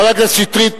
חבר הכנסת שטרית,